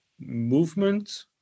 movement